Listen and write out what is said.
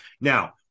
Now